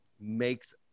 makes